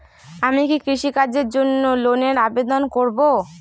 আমি কি কৃষিকাজের জন্য লোনের আবেদন করব?